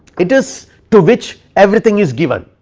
it is to which everything is given.